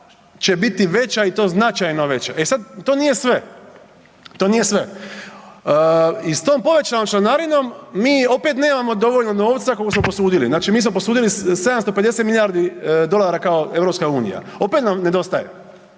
će biti veća i to značajno veća. E sad to nije sve, to nije sve. I s tom povećanom članarinom mi opet nemamo dovoljno novca koliko smo posudili. Znači mi smo posudili 750 milijardi dolara kao EU opet nam nedostaje,